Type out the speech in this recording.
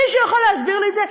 מישהו יכול להסביר לי את זה?